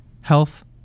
health